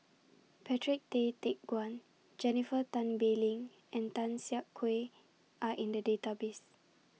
Patrick Tay Teck Guan Jennifer Tan Bee Leng and Tan Siak Kew Are in The Database